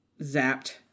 zapped